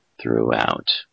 throughout